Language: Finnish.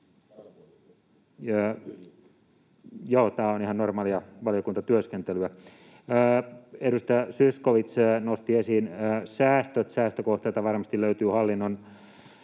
tämä on ihan normaalia valiokuntatyöskentelyä. Edustaja Zyskowicz nosti esiin säästöt. Säästökohteita varmasti löytyy hallinnon